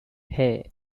hey